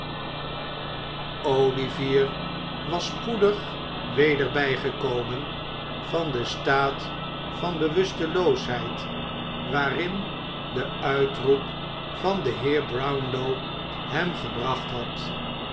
olivier was spoedig weder bijgekomen van den staat van bewusteloosheid waarin de uitroep van den heer brownlow hem gebracht had